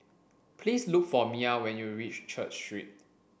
please look for Mia when you reach Church Street